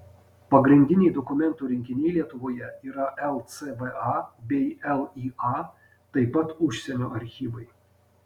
pagrindiniai dokumentų rinkiniai lietuvoje yra lcva bei lya taip pat užsienio archyvai